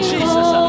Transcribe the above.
Jesus